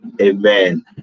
Amen